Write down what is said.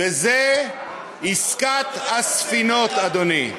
וזו עסקת הספינות, אדוני.